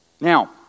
now